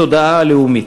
בתודעה הלאומית.